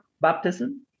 baptism